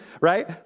right